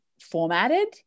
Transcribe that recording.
formatted